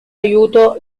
aiuto